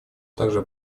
также